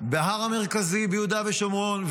בהר המרכזי ביהודה ושומרון.